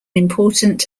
important